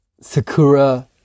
Sakura